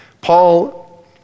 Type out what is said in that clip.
Paul